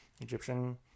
Egyptian